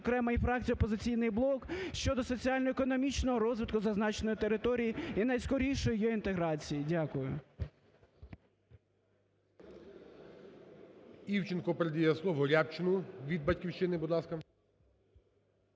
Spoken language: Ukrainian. зокрема і фракція "Опозиційний блок" щодо соціально-економічного розвитку зазначеної території і найскорішої її інтеграції. Дякую.